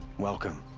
welcome.